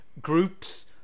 Groups